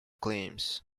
claims